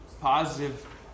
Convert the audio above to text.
positive